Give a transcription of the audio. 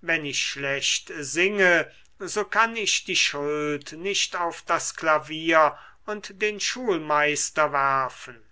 wenn ich schlecht singe so kann ich die schuld nicht auf das klavier und den schulmeister werfen